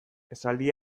esaldi